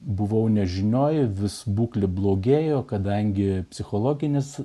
buvau nežinioje vis būklė blogėjo kadangi psichologinis